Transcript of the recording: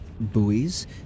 buoys